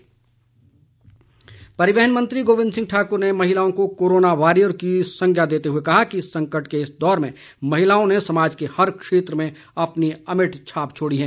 गोविंद ठाकुर परिवहन मंत्री गोविंद सिंह ठाक्र ने महिलाओं को कोरोना वॉरियर की संज्ञा देते हुए कहा है कि संकट के इस दौर में महिलाओं ने समाज के हर क्षेत्र में अपनी अमिट छाप छोड़ी है